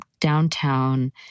downtown